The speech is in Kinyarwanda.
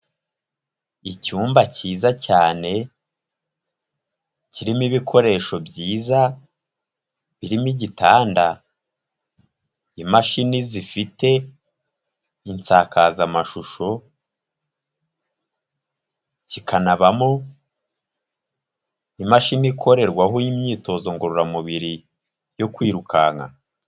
Icyumba cyiza cyane, kirimo ibikoresho byiza, birimo igitanda, imashini zifite insakazamashusho, kikanabamo imashini ikorerwaho imyitozo ngororamubiri yo kwirukanka.